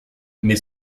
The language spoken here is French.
mais